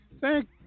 thank